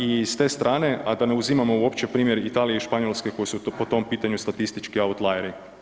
I s te strane, a da ne uzimamo uopće primjer Italije i Španjolske koje su po tom pitanju statistički outlieri.